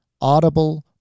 audible